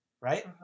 right